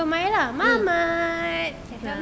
nevermind lah muhammad